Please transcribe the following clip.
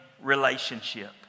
relationship